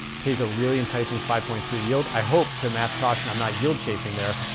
pays a really enticing five point three yield. i hope, to mass caution, i'm not yield-chasing there.